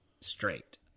straight